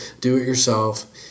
do-it-yourself